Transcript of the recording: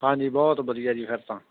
ਹਾਂਜੀ ਬਹੁਤ ਵਧੀਆ ਜੀ ਫਿਰ ਤਾਂ